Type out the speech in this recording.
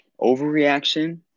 overreaction